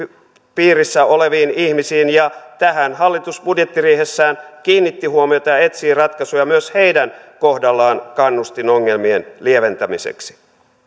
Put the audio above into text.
piirissä oleviin ihmisiin tähän hallitus budjettiriihessään kiinnitti huomiota ja etsii ratkaisuja myös heidän kohdallaan kannustinongelmien lieventämiseksi